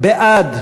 בעד,